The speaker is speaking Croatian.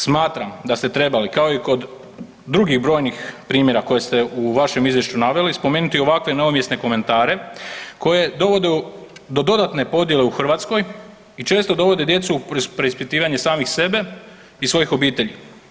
Smatram da ste trebali kao i kod drugih brojnih primjera koje ste u vašem izvješću naveli spomenuti ovakve neumjesne komentare koji dovode do dodatne podjele u Hrvatskoj i često dovode djecu u preispitivanje samih sebe i svojih obitelji.